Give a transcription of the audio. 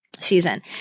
season